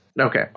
Okay